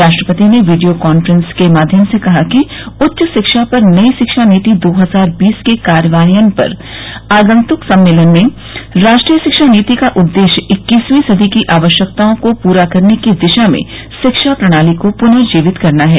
राष्ट्रपति ने video conference के माध्यम से कहा कि उच्च शिक्षा पर नई शिक्षा नीति दो हजार बीस के कार्यान्वयन पर आगंतुक सम्मेलन में राष्ट्रीय शिक्षा नीति का उद्देश्य इक्कीसर्वी सदी की आवश्यकताओं को पूरा करने की दिशा में शिक्षा प्रणाली को पुनर्जीवित करना है